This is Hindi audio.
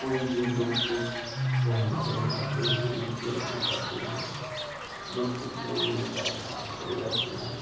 कोई भी दुख सुख वह हमारे यहाँ आते हैं हम उनके यहाँ जाते हैं दुख सुख में हमेशा साथ खड़े रहते हैं